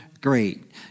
great